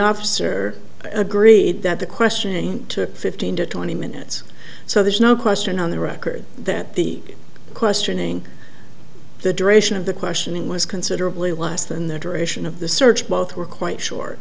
officer agreed that the questioning to fifteen to twenty minutes so there's no question on the record that the questioning the duration of the questioning was considerably less than the duration of the search both were quite s